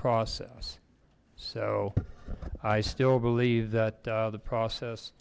process so i still believe that the process